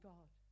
God